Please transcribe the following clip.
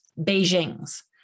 Beijing's